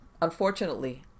Unfortunately